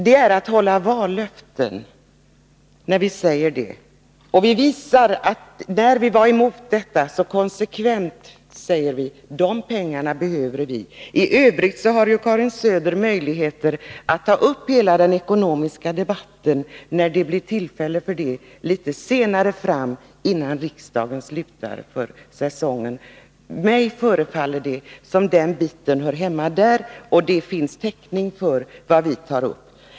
Det är att hålla vallöften, när vi säger det. Vi menade, när vi var emot momssänkningen så konsekvent, att vi behöver vi dessa pengar. I övrigt har Karin Söder möjligheter att ta upp hela den ekonomiska debatten när det blir tillfälle till detta litet längre fram innan riksdagen slutar för säsongen. Mig förefaller det som om denna debatt hör hemma där och att det finns ekonomisk täckning för vad vi har föreslagit.